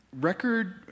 record